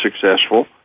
successful